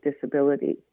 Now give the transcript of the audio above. disability